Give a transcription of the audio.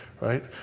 right